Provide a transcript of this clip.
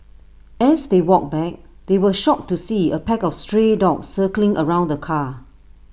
as they walked back they were shocked to see A pack of stray dogs circling around the car